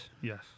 yes